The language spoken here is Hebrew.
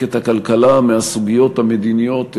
את הכלכלה מהסוגיות המדיניות והלאומיות.